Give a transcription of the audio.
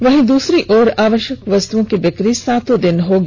वहीं दूसरी ओर आवश्यक वस्तुओं की बिक्री सातों दिन होगी